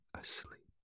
asleep